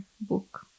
book